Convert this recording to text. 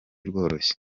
rworoshye